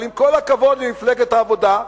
אבל עם כל הכבוד למפלגת העבודה,